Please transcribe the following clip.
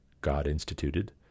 God-instituted